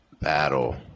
battle